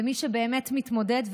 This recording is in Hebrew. למי שבאמת מתמודד,